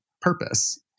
purpose